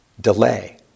delay